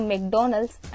McDonald's